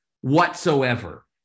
whatsoever